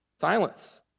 Silence